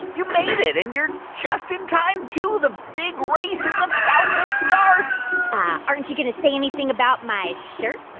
you made it. and you're just in time, too. the big race is about to start aren't you going to say anything about my shirt?